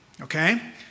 Okay